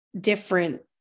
different